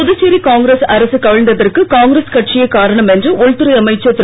புதுச்சேரி காங்கிரஸ் அரசு கவிழ்ந்ததற்கு காங்கிரஸ் கட்சியே காரணம் என்று உள்துறை அமைச்சர் திரு